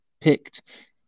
picked